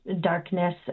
darkness